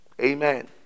Amen